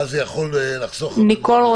ואז זה יכול לחסוך בעיות.